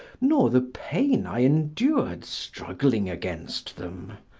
nor the pain i endured struggling against them.